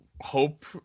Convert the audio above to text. hope